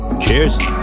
Cheers